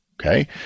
okay